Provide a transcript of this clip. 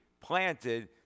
planted